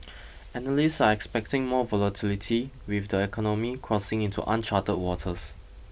analysts are expecting more volatility with the economy crossing into uncharted waters